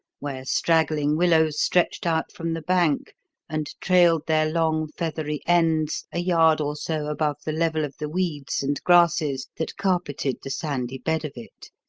where straggling willows stretched out from the bank and trailed their long, feathery ends a yard or so above the level of the weeds and grasses that carpeted the sandy bed of it,